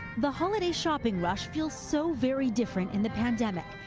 the holiday shopping rush feels so very different in the pandemic.